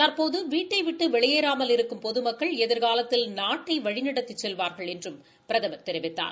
துற்போது வீட்டை விட்டு வெளியேறாமல் இருக்கும் பொதுமக்கள் எதிா்காலத்தில் நாட்டை வழிநடத்திச் செல்வார்கள் என்றும் பிரதமர் தெரிவித்தார்